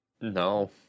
No